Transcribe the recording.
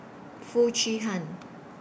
Foo Chee Han